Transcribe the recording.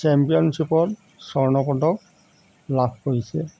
চেম্পিয়নশ্চিপত স্বৰ্ণপদক লাভ কৰিছে